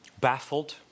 baffled